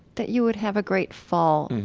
that you would have a great fall,